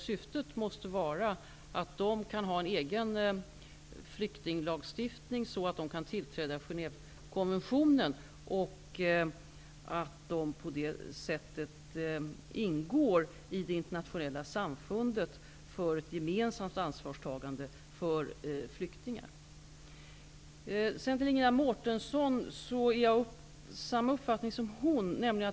Syftet måste vara att de skall ha en egen flyktinglagstiftning, så att de kan tillträda Genèvekonventionen och på det sättet ingå i det internationella samfundet för ett gemensamt ansvarstagande för flyktingar. Jag är av samma uppfattning som Ingela Mårtensson.